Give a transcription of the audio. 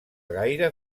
gaire